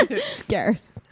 Scarce